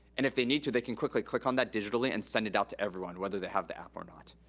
and if they need to, they can quickly click on that digitally and send it out to everyone, whether they have the app or not.